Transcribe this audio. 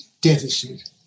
deficit